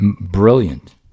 brilliant